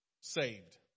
saved